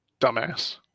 dumbass